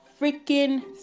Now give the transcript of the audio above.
freaking